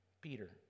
Peter